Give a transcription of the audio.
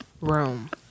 room